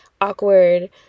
awkward